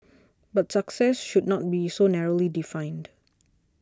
but success should not be so narrowly defined